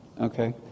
okay